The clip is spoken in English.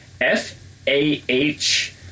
F-A-H